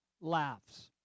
laughs